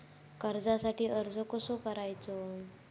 कर्जासाठी अर्ज कसो करायचो?